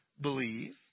believe